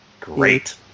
great